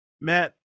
Matt